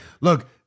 look